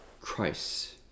Christ